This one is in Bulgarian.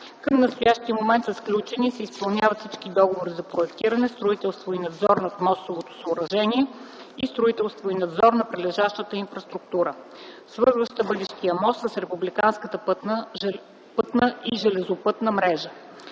Към настоящия момент са сключени и се изпълняват всички договори за проектиране, строителство и надзор на мостовото съоръжение и строителство и надзор на прилежащата инфраструктура, свързваща бъдещия мост с републиканската пътна и железопътна мрежа.